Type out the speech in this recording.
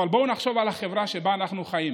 אבל בואו נחשוב על החברה שבה אנחנו חיים.